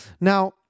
Now